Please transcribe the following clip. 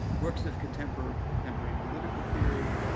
works of contemporary contemporary political theory,